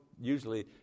usually